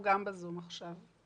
הוא גם ב"זום" עכשיו.